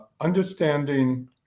understanding